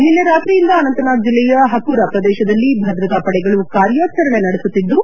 ನಿನ್ನೆ ರಾತ್ರಿಯಿಂದ ಅನಂತನಾಗ್ ಜಿಲ್ಲೆಯ ಪಕುರಾ ಪ್ರದೇಶದಲ್ಲಿ ಭದ್ರತಾ ಪಡೆಗಳು ಕಾರ್ಯಾಚರಣೆ ನಡೆಸುತ್ತಿದ್ದು